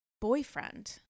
boyfriend